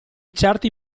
certi